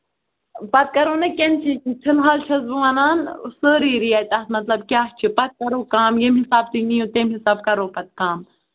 پَتہٕ کرو نا کیٚنسیشن فِلحال چھَس بہٕ وَنان سٲرٕے ریٹ اَتھ مطلب کیٛاہ چھِ پَتہٕ کرو کَم ییٚمہِ حِسابہٕ تُہۍ نِیو تَمہِ حِسابہٕ کرو پَتہٕ کَم